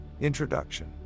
Introduction